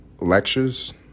lectures